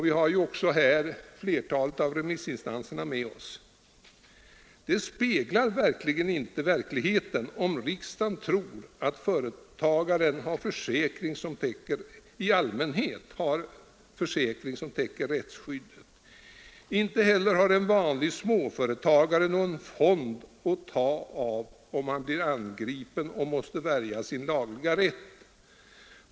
Vi har ju också härvidlag flertalet remissinstanser med oss. Det speglar inte verkligheten om riksdagen tror att företagaren i allmänhet har försäkring som täcker rättsskyddet. Inte heller har en vanlig småföretagare någon fond att ta av om han blir angripen och måste värja sin lagliga rätt.